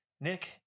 Nick